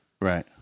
right